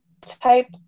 type